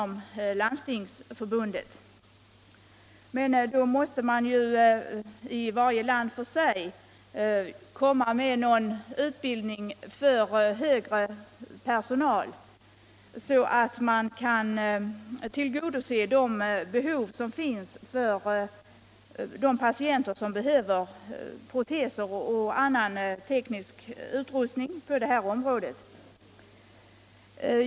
Men då måste ju varje land för sig ordna en utbildning för högre personal, så att man kan tillgodose behoven hos de patienter som behöver proteser och annan teknisk utrustning.